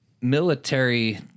military